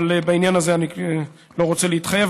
בעניין הזה אני לא רוצה להתחייב,